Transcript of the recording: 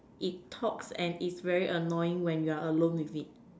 it talks and is very annoying when you are alone with it